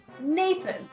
Nathan